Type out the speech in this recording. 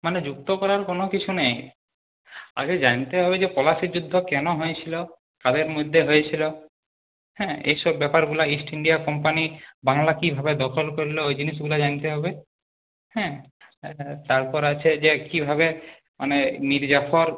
মানে যুক্ত করার কোনো কিছু নেই আগে জানতে হবে যে পলাশির যুদ্ধ কেন হয়েছিল কাদের মধ্যে হয়েছিল হ্যাঁ এই সব ব্যাপারগুলো ইস্ট ইন্ডিয়া কোম্পানি বাংলা কীভাবে দখল করল ওই জিনিসগুলো জানতে হবে হ্যাঁ তারপর আছে যে কীভাবে মানে মীরজাফর